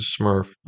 Smurf